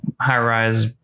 high-rise